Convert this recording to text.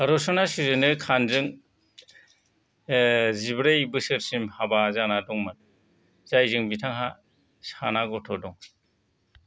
रशना सुजैनो खानजों ओह जिब्रै बोसोरसिम हाबा जाना दंमोन जायजों बिथांहा साना गथ' दं